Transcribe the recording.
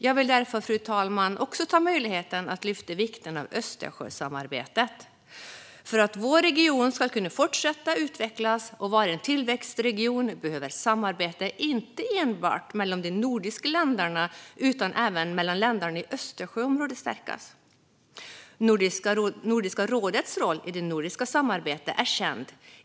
Jag vill därför, fru talman, också ta möjligheten att lyfta vikten av Östersjösamarbetet. För att vår region ska kunna fortsätta utvecklas och vara en tillväxtregion behöver samarbetet inte enbart mellan de nordiska länderna utan även mellan länderna i Östersjöområdet stärkas. Nordiska rådets roll i det nordiska samarbetet är känd.